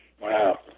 Wow